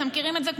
אתם מכירים את זה?